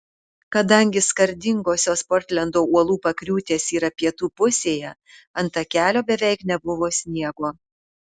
kadangi skardingosios portlendo uolų pakriūtės yra pietų pusėje ant takelio beveik nebuvo sniego